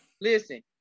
Listen